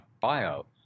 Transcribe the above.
bio